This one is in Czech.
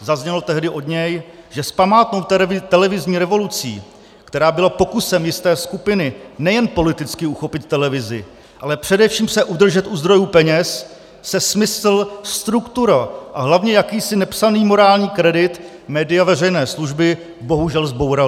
Zaznělo tehdy od něj, že s památnou televizní revolucí, která byla pokusem jisté skupiny nejen politicky uchopit televizi, ale především se udržet u zdrojů peněz, se smysl, struktura a hlavně jakýsi nepsaný morální kredit média veřejné služby bohužel zbouraly.